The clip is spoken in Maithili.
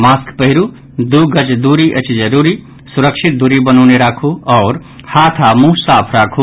मास्क पहिरू दू गज दूरी अछि जरूरी सुरक्षित दूरी बनौने राखू आओर हाथ आ मुंह साफ राखू